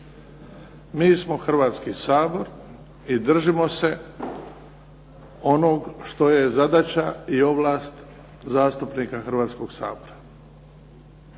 Mi smo Hrvatski sabor i držimo se onog što je zadaća i ovlast zastupnika Hrvatskog sabora.